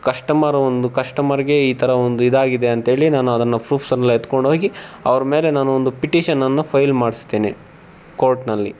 customer ಒಂದು ಕಸ್ಟಮರಿಗೆ ಈ ಥರ ಒಂದು ಇದಾಗಿದೆ ಅಂತ್ಹೇಳಿ ನಾನು ಅದನ್ನು ಪ್ರೂಫ್ಸನ್ನೆಲ ಎತ್ಕೊಂಡ್ಹೋಗಿ ಅವ್ರ ಮೇಲೆ ನಾನು ಒಂದು ಪಿಟಿಷನನ್ನು ಫೈಲ್ ಮಾಡಿಸ್ತೇನೆ ಕೋರ್ಟಿನಲ್ಲಿ